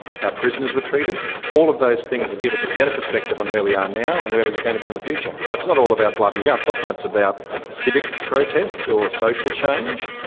how prisoners were treated all of those things that give us a better perspective on where we are now and where we're going to be in the future. it's not all about blood and guts, often it's about civic protest or social change,